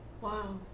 Wow